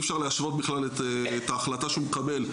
שאי אפשר להשוות בכלל את ההחלטה שהוא מקבל.